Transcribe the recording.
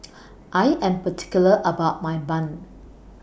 I Am particular about My Bun